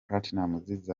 platnumz